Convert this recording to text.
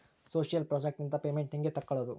Social project ನಿಂದ payment ಹೆಂಗೆ ತಕ್ಕೊಳ್ಳದು?